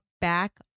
back